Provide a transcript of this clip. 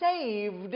saved